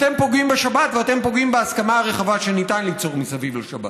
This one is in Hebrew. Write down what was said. אתם פוגעים בשבת ואתם פוגעים בהסכמה הרחבה שניתן ליצור מסביב לשבת.